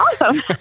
awesome